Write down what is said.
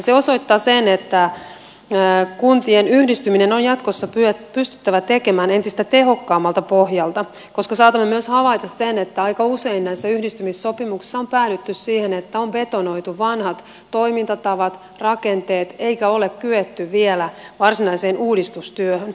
se osoittaa sen että kuntien yhdistyminen on jatkossa pystyttävä tekemään entistä tehokkaammalta pohjalta koska saatamme myös havaita sen että aika usein näissä yhdistymissopimuksissa on päädytty siihen että on betonoitu vanhat toimintatavat rakenteet eikä ole kyetty vielä varsinaiseen uudistustyöhön